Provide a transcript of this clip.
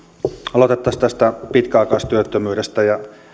aloitettaisiin tästä pitkäaikaistyöttömyydestä